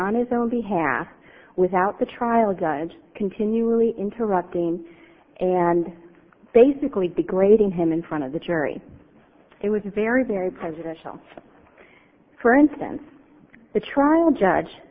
on his own behalf without the trial judge continually interrupting and basically degrading him in front of the jury it was very very prejudicial for instance the trial judge